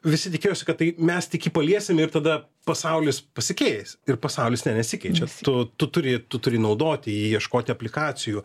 visi tikėjosi kad tai mes tik jį paliesime ir tada pasaulis pasikeis ir pasaulis ne nesikeičia tu turi tu turi naudoti ieškoti aplikacijų